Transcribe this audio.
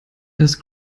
das